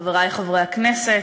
חברי חברי הכנסת,